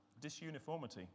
disuniformity